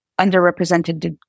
underrepresented